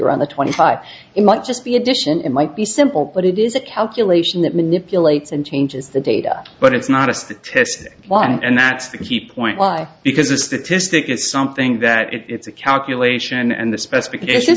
on the twenty five it might just be addition it might be simple but it is a calculation that manipulates and changes the data but it's not a statistic one and that's the key point why because a statistic is something that it's a calculation and the specification